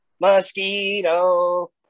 Mosquito